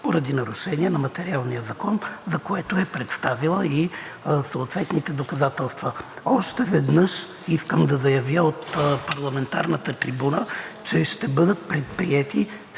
поради нарушение на материалния закон, за което е представила и съответните доказателства. Още веднъж искам да заявя от парламентарната трибуна, че ще бъдат предприети